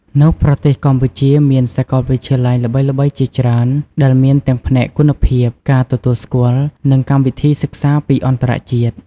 នៅប្រទេសកម្ពុជាមានសាកលវិទ្យាល័យល្បីៗជាច្រើនដែលមានទាំងផ្នែកគុណភាព ការទទួលស្គាល់ និងកម្មវិធីសិក្សាពីអន្តរជាតិ។